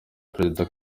perezida